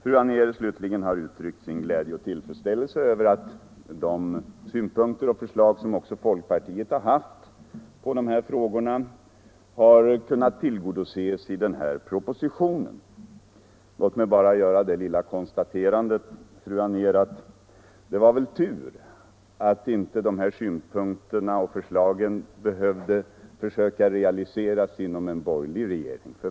Fru Anér, slutligen, har uttryckt sin glädje och tillfredsställelse över att de synpunkter och förslag som folkpartiet har fört fram i dessa frågor har kunnat tillgodoses i propositionen. Låt mig bara göra det lilla konstaterandet, fru Anér, att det var väl tur att inte dessa synpunkter och förslag behövde realiseras inom en borgerlig regering.